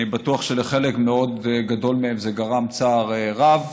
אני בטוח שלחלק מאוד גדול מהם זה גרם צער רב,